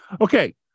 Okay